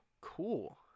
cool